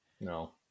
No